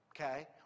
okay